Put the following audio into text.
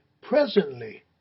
presently